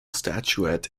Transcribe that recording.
statuette